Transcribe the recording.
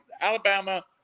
Alabama